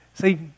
See